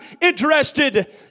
interested